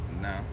No